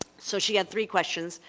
so she had three questions.